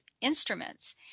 instruments